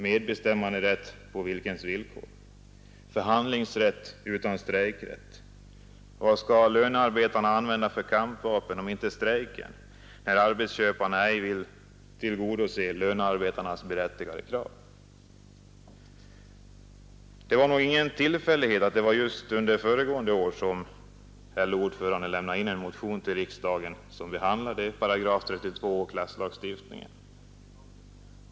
Medbestämmanderätt på vilkens villkor? Förhandlingsrätt utan strejkrätt? Vad skall lönearbetarna använda för kampvapen om inte strejken, när arbetsköparen ej vill tillgodose lönearbetarnas berättigade krav? Det var nog inte en tillfällighet att det just var under föregående år som LO:s ordförande lämnade in en motion till riksdagen som behandlade § 32 och klasslagstiftningen.